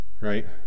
right